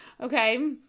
okay